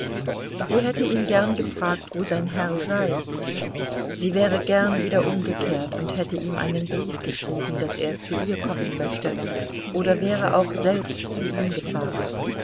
sie hätte ihn gern gefragt wo sein herr sei sie wäre gern wieder umgekehrt und hätte ihm einen brief geschrieben daß er zu ihr kommen möchte oder wäre auch selbst zu ihm gefahren